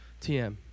TM